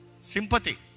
Sympathy